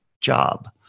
job